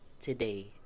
today